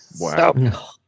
Wow